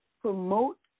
promote